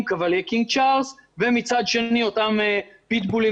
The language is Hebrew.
--- קינג צ'רלס ומצד שני אותם פיטבולים